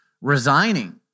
resigning